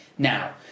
Now